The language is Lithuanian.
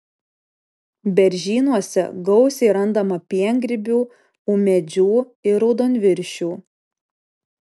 beržynuose gausiai randama piengrybių ūmėdžių ir raudonviršių